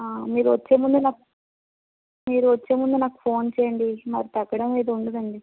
మీరు వచ్చేముందు నాకు మీరు వచ్చేముందు నాకు ఫోన్ చెయ్యండి మరీ తగ్గడం అనేది ఉండదండి